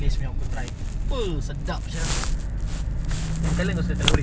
if one day I decided to you know main futsal dengan members aku ada boot